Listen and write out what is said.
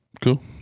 Cool